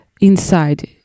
inside